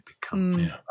become